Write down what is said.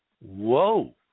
whoa